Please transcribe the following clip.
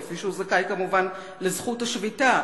כפי שהוא זכאי כמובן לזכות השביתה.